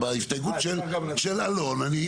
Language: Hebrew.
בהסתייגות של אלון.